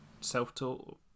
self-taught